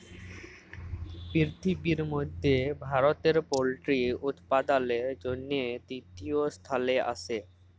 পিরথিবির মধ্যে ভারতে পল্ট্রি উপাদালের জনহে তৃতীয় স্থালে আসে